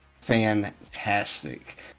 fantastic